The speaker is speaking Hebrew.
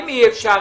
אם אי אפשר,